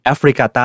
Africa